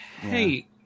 Hey